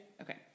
Okay